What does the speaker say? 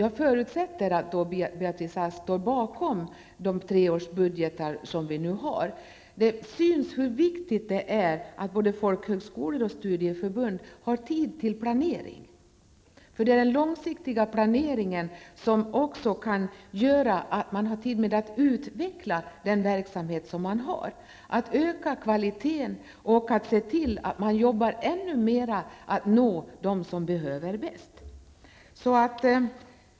Jag förutsätter att Beatrice Ask står bakom de treårsbudgetar som nu gäller. Det är viktigt att både folkhögskolor och studieförbund har tid till planering. Det är den långsiktiga planeringen som gör att det finns tid att utveckla den verksamhet som finns, dvs. att öka kvaliteten och arbeta mer för att nå dem som behöver utbildningen mest.